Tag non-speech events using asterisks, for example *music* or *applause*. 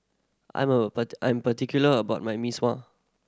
I'm a *unintelligible* I'm particular about my Mee Sua